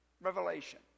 Revelation